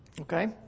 Okay